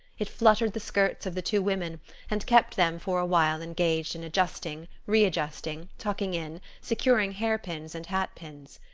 it fluttered the skirts of the two women and kept them for a while engaged in adjusting, readjusting, tucking in, securing hair-pins and hat-pins.